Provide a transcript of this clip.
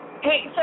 Hey